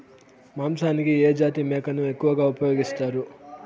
మాంసానికి ఏ జాతి మేకను ఎక్కువగా ఉపయోగిస్తారు?